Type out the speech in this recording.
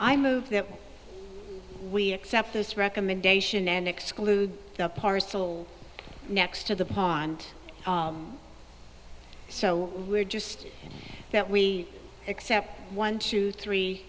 i move that we accept this recommendation and exclude the parcel next to the pond so we're just that we accept one two three